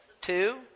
Two